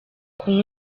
kunywa